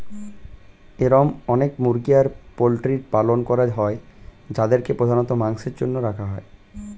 এরম অনেক মুরগি আর পোল্ট্রির পালন করা হয় যাদেরকে প্রধানত মাংসের জন্য রাখা হয়